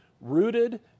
rooted